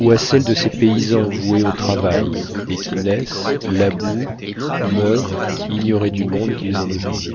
ou à celle de ces paysans voués au travail et qui naissent labourent meurent ignorés du monde qu'ils ont nourri